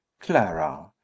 Clara